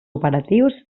operatius